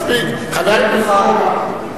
כמו שהשאלה הקודמת שלי לא היתה קשורה לפוליטיקה.